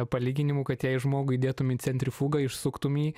palyginimų kad jei žmogų įdėtum į centrifugą išsuktum jį